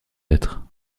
être